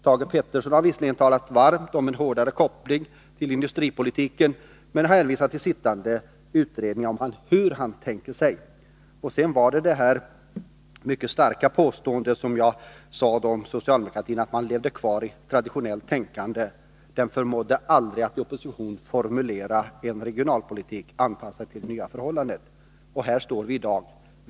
Thage G Peterson har visserligen talat varmt om en hårdare koppling till industripolitiken men har hänvisat till den sittande utredningen när det gällt att tala om hur han har tänkt sig den framtida politiken.” Sedan kom ett mycket starkt påstående, att socialdemokratin levde kvar i sitt traditionella tänkande: ”Den förmådde aldrig att i opposition formulera en ny regionalpolitik, anpassad till de nya förhållandena. Och där står vi i dag.